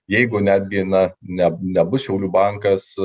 jeigu netgi na ne nebus šiaulių bankas